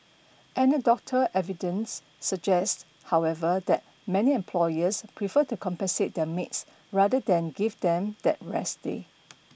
anecdotal evidence suggests however that many employers prefer to compensate their maids rather than give them that rest day